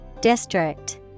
District